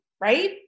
right